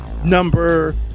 Number